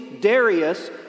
Darius